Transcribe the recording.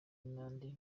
n’andi